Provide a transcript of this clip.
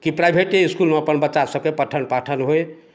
कि प्राइभेटे इस्कुलमे अपन बच्चासभके पठन पाठन होइ